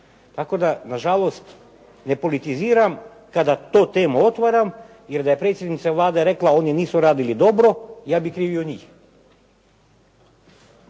tako na žalost depolitiziram kada tu temu otvaram jer da je predsjednica Vlade rekla oni nisu radili dobro ja bih krivio njih.